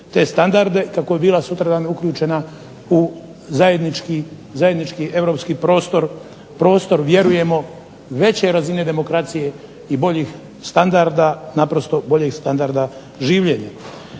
te standarde kako bi bila sutradan uključena u zajednički europski prostor, prostor vjerujemo veće razine demokracije i boljih standarda naprosto boljeg standarda življenja.